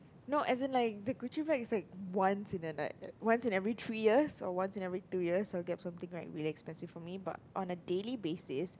no as in like the Gucci bag is like once in a like once in every three years or once in every two years I would get something like really expensive for me but on a daily basis